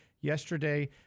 yesterday